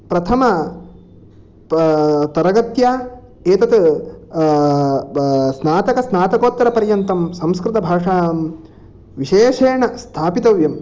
प्रथम तरगत्या एतत् स्नातकस्नातकोत्तरपर्यन्तं संस्कृतभाषां विशेषेण स्थापितव्यम्